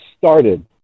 started